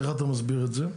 איך אתה מסביר את זה?